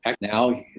Now